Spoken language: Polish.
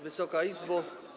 Wysoka Izbo!